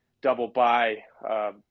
double-buy